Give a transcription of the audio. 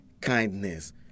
kindness